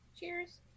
Cheers